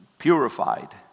purified